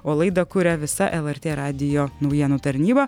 o laidą kuria visa lrt radijo naujienų tarnyba